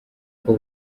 kuko